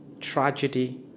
tragedy